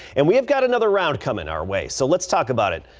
and we have got another round coming our way so let's talk about it.